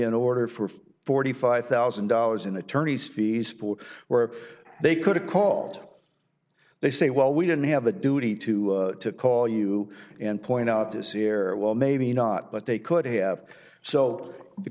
in order for forty five thousand dollars in attorney's fees pool where they could have called they say well we didn't have a duty to call you and point out this error well maybe not but they could have so the